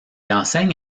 enseigne